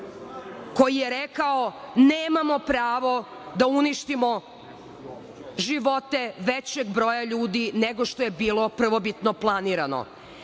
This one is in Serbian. koji je rekao, nemamo pravo da uništimo živote većeg broja ljudi nego što je bilo prvobitno planirano. Sve